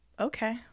Okay